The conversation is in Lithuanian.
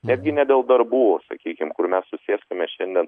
netgi ne dėl darbų sakykim kur mes susėstumėme šiandien